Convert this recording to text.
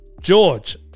George